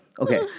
okay